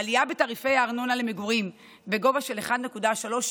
העלייה בתעריפי הארנונה למגורים בגובה של 1.37%,